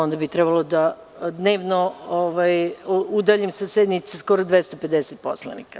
Onda bi trebalo dnevno udaljim sa sednice skoro 250 poslanika.